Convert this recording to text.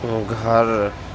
گھر